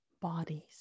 bodies